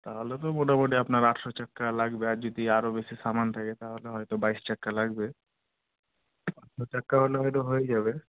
তাহলে তো মোটামুটি আপনার আঠেরো চাকা লাগবে আর যদি আরও বেশি সামান থাকে তাহলে হয়তো বাইশ চাকা লাগবে আঠেরো চাকা হলে হয়তো হয়ে যাবে